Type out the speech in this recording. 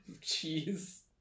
cheese